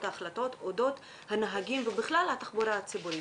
ההחלטות אודות הנהגים ובכלל התחבורה הציבורית.